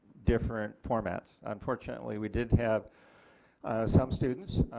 different formats. unfortunately we did have some students,